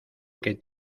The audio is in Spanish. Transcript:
que